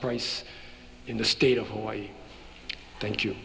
price in the state of hawaii thank you